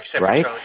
right